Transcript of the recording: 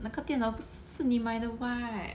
那个电脑不是是你买的 what